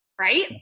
right